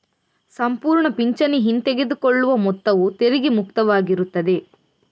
ಸಂಪೂರ್ಣ ಪಿಂಚಣಿ ಹಿಂತೆಗೆದುಕೊಳ್ಳುವ ಮೊತ್ತವು ತೆರಿಗೆ ಮುಕ್ತವಾಗಿರುತ್ತದೆ